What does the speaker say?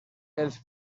els